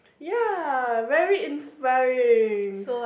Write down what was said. ya very inspiring